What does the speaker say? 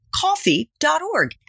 coffee.org